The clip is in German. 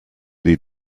die